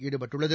ஈடுபட்டுள்ளது